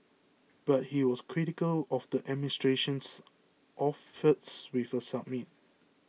but he was critical of the administration's efforts with a summit